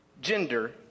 gender